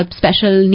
special